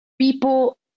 people